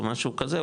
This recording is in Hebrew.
או משהו כזה,